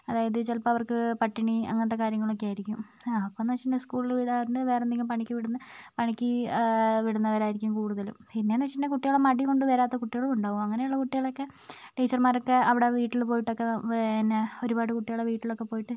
അതായത് ചിലപ്പം അവർക്ക് പട്ടിണി അങ്ങനത്തെ കാര്യങ്ങളൊക്കെ ആയിരിക്കും അപ്പം എന്ന് വെച്ചിട്ടുണ്ടെങ്കിൽ സ്കൂളിൽ വിടാണ്ട് വേറെ എന്തെങ്കിലും പണിക്ക് വിടുന്ന പണിക്ക് വിടുന്നവരായിരിക്കും കൂടുതലും പിന്നെ എന്ന് വെച്ചിട്ടുണ്ടെങ്കിൽ കുട്ടികൾ മടി കൊണ്ട് വരാത്ത കുട്ടികളും ഉണ്ടാകും അങ്ങനെയുള്ള കുട്ടികളൊക്കെ ടീച്ചർമ്മാരൊക്കെ അവിടെ വീട്ടിൽ പോയിട്ടൊക്കെ പിന്നെ ഒരുപാട് കുട്ടികളുടെ വീട്ടിലൊക്കെ പോയിട്ട്